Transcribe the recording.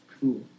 cool